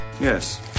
yes